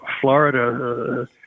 Florida